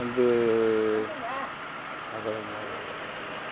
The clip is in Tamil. வந்து அப்புறம் என்ன